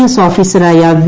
S ഓഫീസറായ V